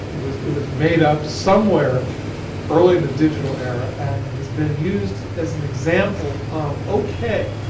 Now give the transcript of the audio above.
it was it was made up somewhere early in the digital era, and has been used as an example of, okay.